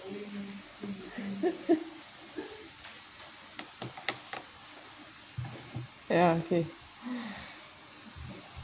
ya okay